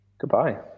goodbye